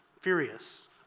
furious